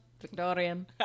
Victorian